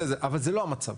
אבל זה לא המצב.